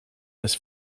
this